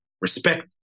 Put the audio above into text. Respect